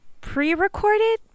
pre-recorded